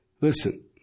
Listen